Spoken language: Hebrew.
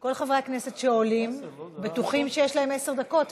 כל חברי הכנסת שעולים בטוחים שיש להם עשר דקות,